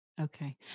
Okay